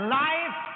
life